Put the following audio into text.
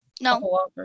No